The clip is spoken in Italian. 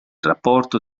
rapporto